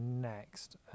next